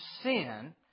sin